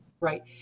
Right